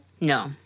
No